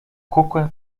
kukłę